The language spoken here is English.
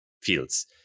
fields